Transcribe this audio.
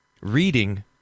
reading